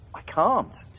i can't.